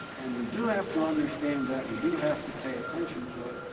and we do have to understand that we do have to pay attention to it,